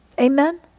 Amen